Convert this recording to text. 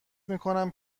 میکنم